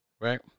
right